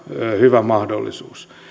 hyvä mahdollisuus